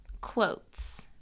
quotes